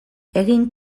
egin